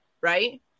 right